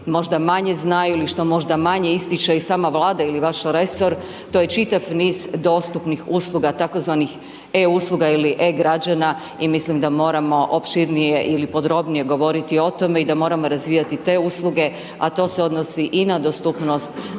možda manje znaju ili što možda manje ističe i sama Vlada ili vaš resor, to je čitav niz dostupnih usluga tzv. e- usluga ili e-građana i mislim da moramo opširnije ili podrobnije govoriti o tome i da moramo razvijati te usluge, a to se odnosi i na dostupnost